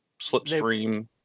slipstream